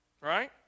right